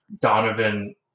Donovan